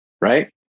Right